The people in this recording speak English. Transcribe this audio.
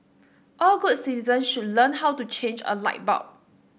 all good citizens should learn how to change a light bulb